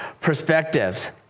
perspectives